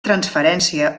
transferència